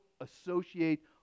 associate